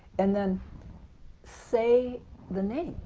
and then say the name.